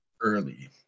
early